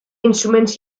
instruments